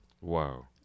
Wow